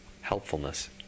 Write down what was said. helpfulness